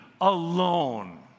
alone